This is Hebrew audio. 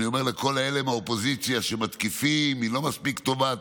אני אומר לכל אלה מהאופוזיציה שמתקיפים שהתוכנית לא מספיק טובה,